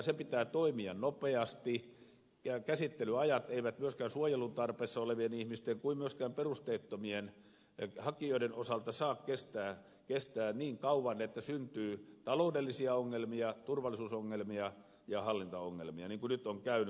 sen pitää toimia nopeasti ja käsittelyajat eivät myöskään niin suojelun tarpeessa olevien ihmisten kuin myöskään perusteettomien hakijoiden osalta saa kestää niin kauan että syntyy taloudellisia ongelmia turvallisuusongelmia ja hallintaongelmia niin kuin nyt on käynyt myös taloudellisesti